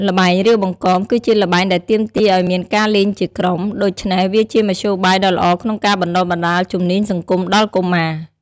ល្បែង រាវបង្កង គឺជាល្បែងដែលទាមទារឱ្យមានការលេងជាក្រុម ដូច្នេះវាជាមធ្យោបាយដ៏ល្អក្នុងការបណ្តុះបណ្តាលជំនាញសង្គមដល់កុមារ។